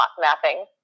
mapping